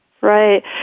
Right